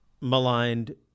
maligned